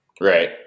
right